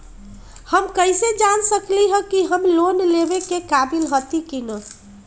हम कईसे जान सकली ह कि हम लोन लेवे के काबिल हती कि न?